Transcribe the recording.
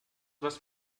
was